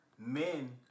Men